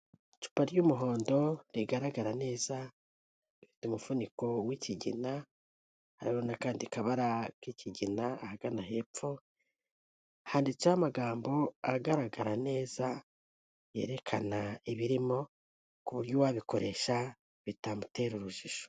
Icupa ry'umuhondo, rigaragara neza, rifite umufuniko w'ikigina, hariho n'akandi kabara k'igina ahagana hepfo, handitseho amagambo agaragara neza, yerekana ibirimo ku buryo uwabikoresha bitamutera urujijo.